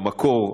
שבמקור,